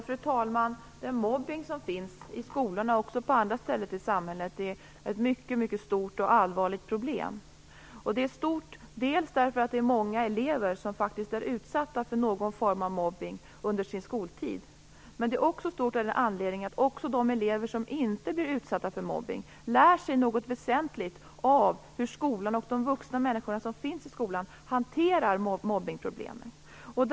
Fru talman! Den mobbning som finns i skolorna, och även på andra ställen i samhället, är ett mycket stort och allvarligt problem. Det är stort därför att det är många elever som faktiskt är utsatta för någon form av mobbning under sin skoltid, men det är också stort av den anledningen att även de elever som inte blir utsatta för mobbning lär sig något väsentligt av hur skolan och de vuxna människorna i skolan hanterar problemet med mobbningen.